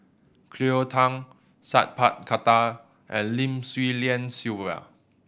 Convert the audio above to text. Cleo Thang Sat Pal Khattar and Lim Swee Lian Sylvia